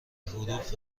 حروف